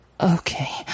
Okay